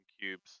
cubes